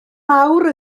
mawr